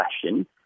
question